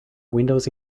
windows